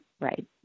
right